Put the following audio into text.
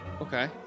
Okay